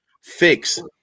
fix